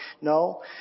No